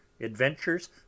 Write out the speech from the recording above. adventures